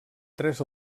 tres